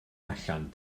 allan